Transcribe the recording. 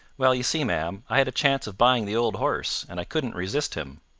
well, you see, ma'am, i had a chance of buying the old horse, and i couldn't resist him.